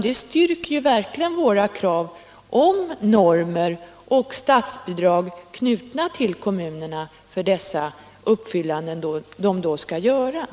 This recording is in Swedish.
Det styrker verkligen våra krav på normer och statsbidrag knutna till kommunerna för uppfyllande av uppställda krav.